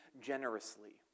generously